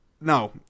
no